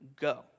go